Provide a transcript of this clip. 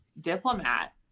diplomat